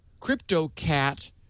CryptoCat